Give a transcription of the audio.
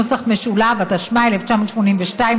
התשמ"ב 1982,